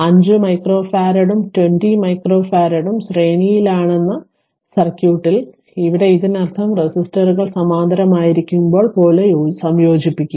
5 മൈക്രോഫാരഡും 20 മൈക്രോഫാരഡും ശ്രേണിയിലാണെന്ന സർക്യൂട്ടിലെ ഇവിടെ ഇതിനർത്ഥം റെസിസ്റ്ററുകൾ സമാന്തരമായിരിക്കുമ്പോൾ പോലെ സംയോജിപ്പിക്കുക